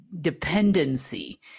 dependency